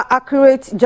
Accurate